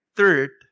Third